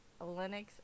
Linux